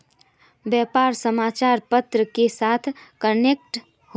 व्यापार समाचार पत्र के साथ कनेक्ट होचे?